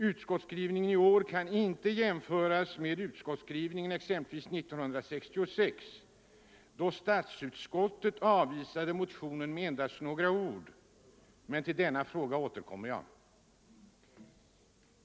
Utskottsskrivningen i år kan inte jämföras med utskottsskrivningen exempelvis 1966, då statsutskottet avvisade motionen med endast några ord. Men till denna fråga återkommer jag.